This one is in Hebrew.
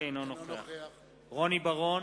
אינו נוכח רוני בר-און,